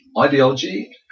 ideology